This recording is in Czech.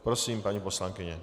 Prosím, paní poslankyně.